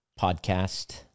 podcast